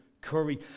curry